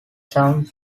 some